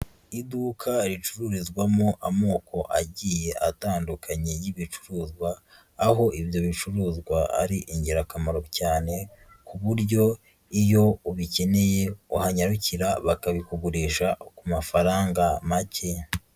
Iduka ricururizwamo amoko agiye atandukanye y'ibicuruzwa, aho ibyo bicuruzwa ari ingirakamaro cyane, ku buryo iyo ubikeneye uhanyarukira, bakabikugurisha ku mafaranga make.